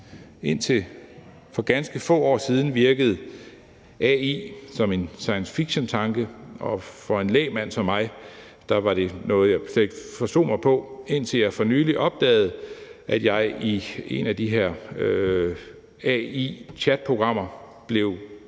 Indtil for ganske få år siden virkede AI som en science fiction-tanke, og for en lægmand som mig var det noget, jeg slet ikke forstod mig på, indtil jeg for nylig opdagede, at jeg i et af de her AI-chatprogrammer blev gjort